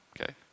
okay